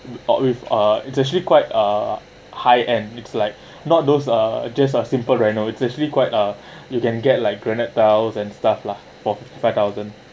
what with uh it's actually quite uh high end it's like not those uh just a simple reno it's actually quite uh you can get like granite tiles and stuff lah for five thousand